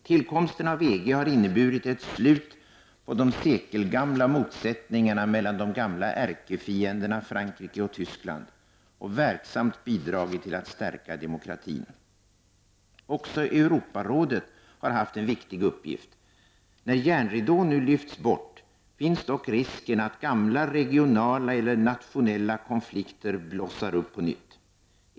Tillkomsten av EG har inneburit ett slut på de sekelgamla motsättningarna mellan de gamla ärkefienderna Frankrike och Tyskland och verksamt bidragit till att stärka demokratin. Också Europarådet har haft en viktig uppgift. När järnridån nu lyfts bort finns dock risken att gamla regionala eller nationella konflikter blossar upp på nytt.